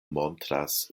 montras